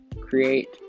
create